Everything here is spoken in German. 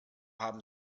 haben